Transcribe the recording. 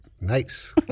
Nice